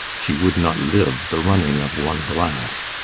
she would not live the running of one glass.